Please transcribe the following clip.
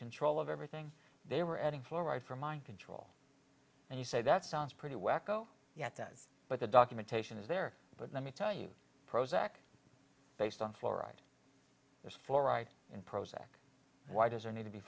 control of everything they were adding fluoride for mind control and you say that sounds pretty wet go yet does but the documentation is there but let me tell you prozac based on fluoride there's fluoride in prozac why does there need to be